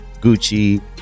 gucci